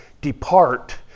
depart